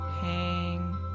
hang